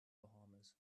bahamas